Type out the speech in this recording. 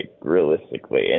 realistically